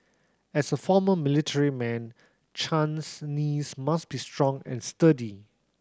as a former military man Chan's knees must be strong and sturdy